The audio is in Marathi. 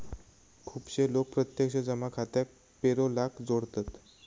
खुपशे लोक प्रत्यक्ष जमा खात्याक पेरोलाक जोडतत